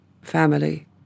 family